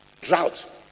Drought